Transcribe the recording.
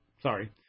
Sorry